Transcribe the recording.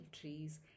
trees